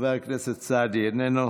חבר הכנסת סעדי, איננו.